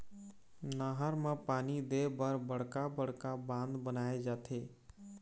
नहर म पानी दे बर बड़का बड़का बांध बनाए जाथे